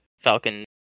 Falcon